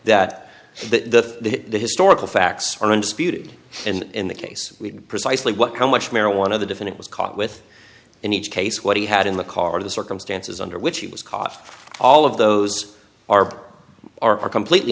that that the historical facts are in dispute it and in the case we precisely what how much marijuana the defendant was caught with in each case what he had in the car the circumstances under which he was caught all of those are are completely